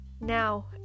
Now